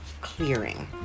Clearing